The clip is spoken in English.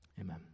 Amen